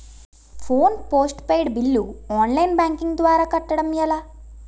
Phone postpaid bill online banking ద్వారా కట్టడం ఎలా?